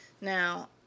Now